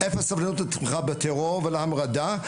אפס סובלנות לתמיכה בטרור ולהמרדה,